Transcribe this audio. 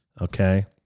Okay